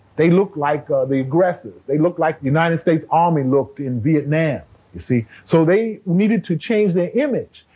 they looked like ah the aggressors. they looked like the united states army looked in vietnam, you see? so they needed to change their image.